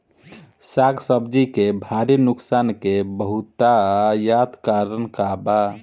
साग सब्जी के भारी नुकसान के बहुतायत कारण का बा?